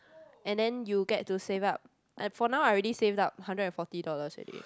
and then you get to save up and for now I already saved up hundred and forty dollars already